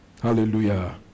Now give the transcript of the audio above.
Hallelujah